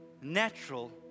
natural